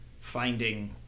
finding